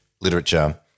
literature